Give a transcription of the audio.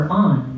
on